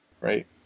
right